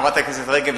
חברת הכנסת רגב,